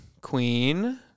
queen